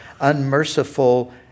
unmerciful